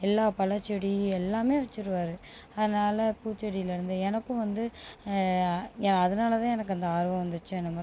எல்லா பழச்செடி எல்லாமே வச்சிருவார் அதனால் பூச்செடிலேருந்து எனக்கும் வந்து எ அதனால தான் எனக்கும் அந்த ஆர்வம் வந்துச்சோ என்னமோ தெரியல